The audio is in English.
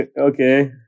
okay